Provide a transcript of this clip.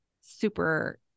super